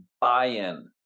buy-in